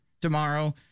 tomorrow